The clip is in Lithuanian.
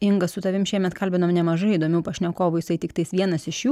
inga su tavim šiemet kalbinom nemažai įdomių pašnekovų jisai tiktais vienas iš jų